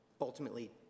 ultimately